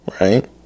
right